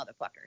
motherfucker